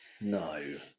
No